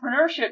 entrepreneurship